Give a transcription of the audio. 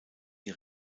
die